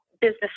business